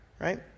right